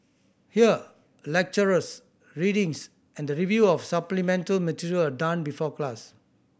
here lectures readings and the review of supplemental material are done before class